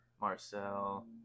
Marcel